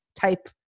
type